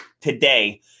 today